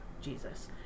jesus